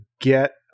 get